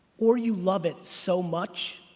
or you love it so much,